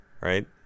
right